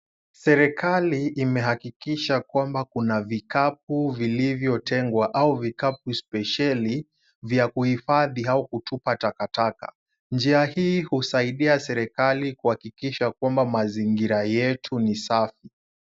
Serikali imehakikisha kwamba kuna vikapu vilivyotengwa au vikapu spesheli vya kuhifadhi au kutupa takataka. Njia hii husaidia serikali kuhakikisha kwamba mazingira yetu ni safi.